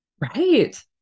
Right